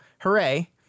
hooray